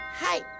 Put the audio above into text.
Hi